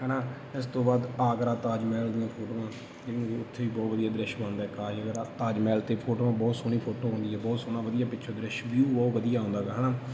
ਹੈ ਨਾ ਇਸ ਤੋਂ ਬਾਅਦ ਆਗਰਾ ਤਾਜ ਮਹਿਲ ਦੀਆਂ ਫੋਟੋਆਂ ਜਿਹੜੀਆਂ ਕਿ ਉੱਥੇ ਵੀ ਬਹੁਤ ਵਧੀਆ ਦ੍ਰਿਸ਼ ਬਣਦਾ ਤਾਜ ਤਾਜ ਮਹਿਲ 'ਤੇ ਫੋਟੋਆਂ ਬਹੁਤ ਸੋਹਣੀ ਫੋਟੋ ਆਉਂਦੀ ਹੈ ਬਹੁਤ ਸੋਹਣਾ ਵਧੀਆ ਪਿੱਛੋਂ ਦ੍ਰਿਸ਼ ਵਿਊ ਬਹੁਤ ਵਧੀਆ ਆਉਂਦਾ ਹੈਗਾ ਹੈ ਨਾ